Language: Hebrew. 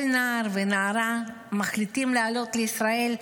כל נער ונערה שמחליטים לעלות לישראל,